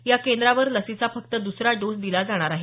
या केंद्रावर लसीचा फक्त दुसरा डोस दिला जाणार आहे